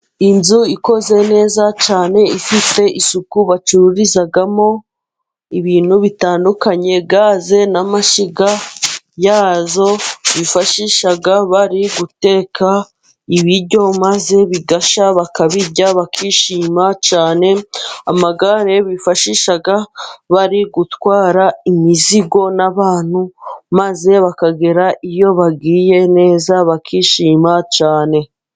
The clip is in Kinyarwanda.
Inzu ikoze neza cyane ifite isuku, bacururizamo ibintu bitandukanye, gaze n'amashyiga yazo bifashisha bari guteka ibiryo, maze bigashya bakabirya bakishima cyane, amagare bifashisha bari gutwara imizigo n'abantu, maze bakagera iyo bagiye neza bakishima cyane.